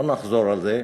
לא נחזור על זה.